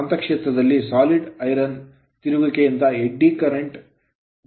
ಕಾಂತಕ್ಷೇತ್ರದಲ್ಲಿ solid iron core ಘನ ಕಬ್ಬಿಣದ core ನ ತಿರುಗುವಿಕೆಯು eddy current ಎಡ್ಡಿ ವಿದ್ಯುತ್ ಕರೆಂಟ್ ಕಾರಣವಾಗುತ್ತದೆ